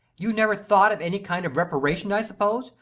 you never thought of any kind of reparation, i suppose?